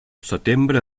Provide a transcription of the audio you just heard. setembre